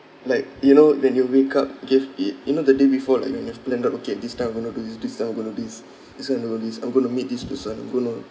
like you know when you wake up give it you know the day before like when you have planned out okay this time I'm going to do this this time I'm going to do this this time I'm going to do this I'm going to meet this person I'm going to